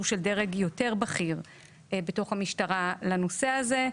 של דרג יותר בכיר בתוך המשטרה לנושא הזה,